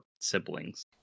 siblings